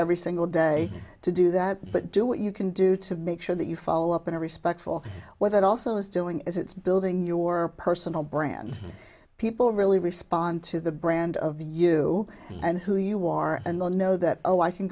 every single day to do that but do what you can do to make sure that you follow up in a respectful whether it also is doing is it's building your personal brand people really respond to the brand of the you and who you are and the know that oh i can